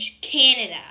Canada